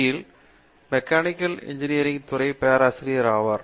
யில் mechanical engineering துறை பேராசிரியர் ஆவார்